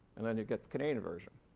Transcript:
and then you get the canadian version.